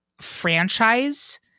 franchise